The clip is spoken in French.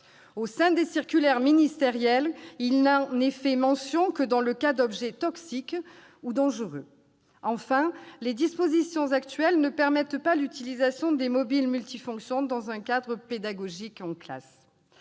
diverses. Les circulaires ministérielles n'en font mention que dans le cas d'objets toxiques ou dangereux. Enfin, les dispositions actuelles ne permettent pas l'utilisation des téléphones portables multifonctions dans un cadre pédagogique en classe.